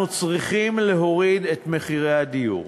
אנחנו צריכים להוריד את מחירי הדיור,